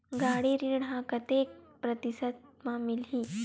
गाड़ी ऋण ह कतेक प्रतिशत म मिलही?